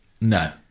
No